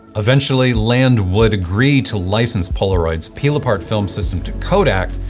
eventually, land would agree to license polaroid's peel apart film system to kodak,